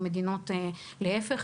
או אף להיפך,